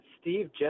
Steve